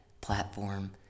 platform